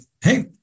hey